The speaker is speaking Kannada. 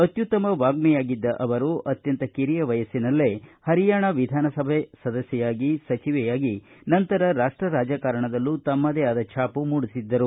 ಅತ್ಯುತ್ತಮ ವಾಗ್ಮಿಯಾಗಿದ್ದ ಅವರು ಅತ್ಯಂತ ಕಿರಿಯ ವಯಸ್ಸಿನಲ್ಲೇ ಹರಿಯಾಣಾ ವಿಧಾನಸಭೆ ಸದಸ್ಥೆಯಾಗಿ ಸಚಿವೆಯಾಗಿ ನಂತರ ರಾಷ್ಟ ರಾಜಕಾರಣದಲ್ಲೂ ತಮ್ಮದೇ ಆದ ಛಾಪು ಮೂಡಿಸಿದ್ದರು